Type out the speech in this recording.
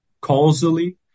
causally